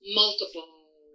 multiple